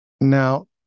Now